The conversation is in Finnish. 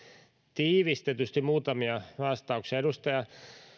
tiivistetysti muutamia vastauksia edustaja